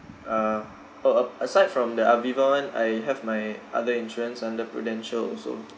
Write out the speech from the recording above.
uh oh uh aside from the aviva one I have my other insurance under prudential also